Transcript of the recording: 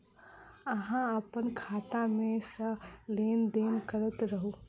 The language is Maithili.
अहाँ अप्पन खाता मे सँ लेन देन करैत रहू?